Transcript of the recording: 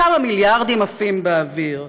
כמה מיליארדים עפים באוויר.